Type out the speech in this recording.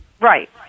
Right